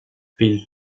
phil